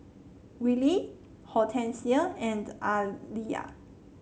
Willie Hortencia and Aaliyah